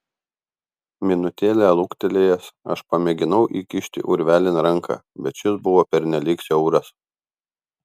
minutėlę luktelėjęs aš pamėginau įkišti urvelin ranką bet šis buvo pernelyg siauras